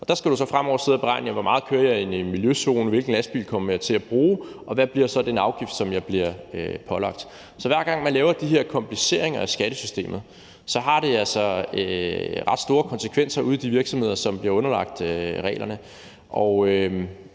Der skal du så fremover sidde og beregne, hvor meget du kører i en miljøzone, og hvilken lastbil du kommer til at bruge, og hvad den afgift, du bliver pålagt, så bliver. Så hver gang man laver de her kompliceringer af skattesystemet, har det altså ret store konsekvenser ude i de virksomheder, som bliver underlagt reglerne. Og